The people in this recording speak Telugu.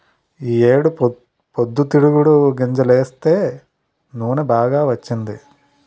ఈ ఏడు పొద్దుతిరుగుడు గింజలేస్తే నూనె బాగా వచ్చింది